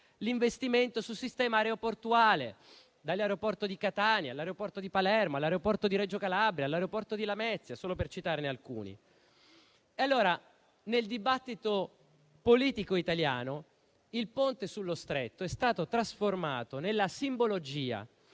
l'investimento sul sistema aeroportuale, dall'aeroporto di Catania a quelli di Palermo, di Reggio Calabria o di Lamezia, solo per citarne alcuni. Nel dibattito politico italiano, il Ponte sullo Stretto è stato trasformato nella simbologia,